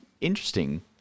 interesting